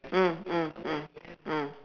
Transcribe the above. mm mm mm mm